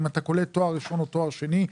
אם אתה קולט תואר ראשון או תואר שני,